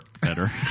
better